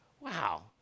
Wow